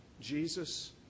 Jesus